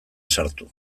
sartu